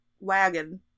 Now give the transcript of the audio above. wagon